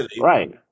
right